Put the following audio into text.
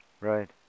Right